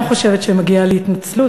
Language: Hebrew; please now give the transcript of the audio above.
אני גם חושבת שמגיעה לי התנצלות,